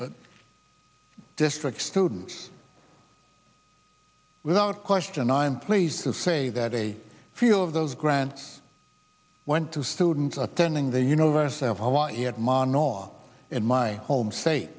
district students without question i'm pleased to say that a few of those grant went to students attending the university of hawaii at monarch in my home state